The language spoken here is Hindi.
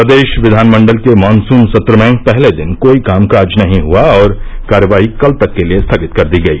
प्रदेश विधानमण्डल के मॉनसून सत्र में पहले दिन कोई कामकाज नहीं हुआ और कार्रवाई कल तक के लिए स्थगित कर दी गई